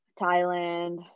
Thailand